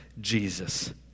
Jesus